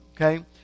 Okay